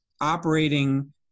operating